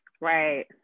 Right